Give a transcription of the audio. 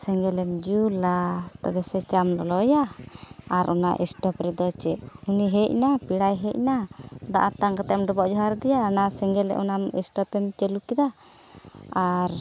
ᱥᱮᱸᱜᱮᱞ ᱮᱢ ᱡᱩᱞᱟ ᱛᱚᱵᱮ ᱥᱮ ᱪᱟᱢ ᱞᱚᱞᱚᱭᱟ ᱟᱨ ᱚᱱᱟ ᱥᱴᱳᱵᱷ ᱨᱮᱫᱚ ᱪᱮᱫ ᱩᱱᱤ ᱦᱮᱡ ᱮᱱᱟᱭ ᱯᱮᱲᱟᱭ ᱦᱮᱡ ᱮᱱᱟ ᱫᱟᱜ ᱟᱛᱟᱝ ᱠᱟᱛᱮᱫ ᱮᱢ ᱰᱚᱵᱚᱜ ᱡᱚᱦᱟᱨ ᱟᱫᱮᱭᱟ ᱚᱱᱟ ᱥᱮᱸᱜᱮᱞ ᱚᱱᱟ ᱥᱴᱳᱵᱷ ᱮᱢ ᱪᱟᱹᱞᱩ ᱠᱮᱫᱟ ᱟᱨ